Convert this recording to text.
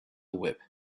whip